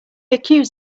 accuse